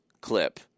clip